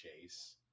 chase